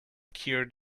cure